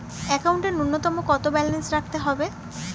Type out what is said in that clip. একাউন্টে নূন্যতম কত ব্যালেন্স রাখতে হবে?